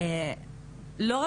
ברובן,